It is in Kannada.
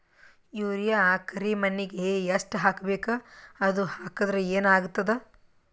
ಯೂರಿಯ ಕರಿಮಣ್ಣಿಗೆ ಎಷ್ಟ್ ಹಾಕ್ಬೇಕ್, ಅದು ಹಾಕದ್ರ ಏನ್ ಆಗ್ತಾದ?